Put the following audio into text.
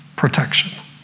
protection